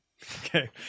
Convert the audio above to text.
Okay